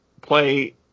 play